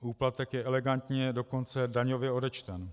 Úplatek je elegantně dokonce daňově odečten.